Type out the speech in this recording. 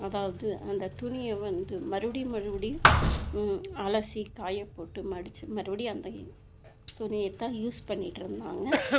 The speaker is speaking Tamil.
அதாவது அந்த துணியை வந்து மறுபடியும் மறுபடியும் அலசி காயப்போட்டு மடித்து மறுபடி அந்த துணியைத்தான் யூஸ் பண்ணிகிட்டு இருந்தாங்க